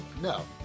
no